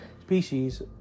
species